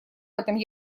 этом